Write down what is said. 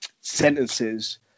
sentences